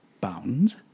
bound